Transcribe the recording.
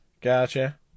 gotcha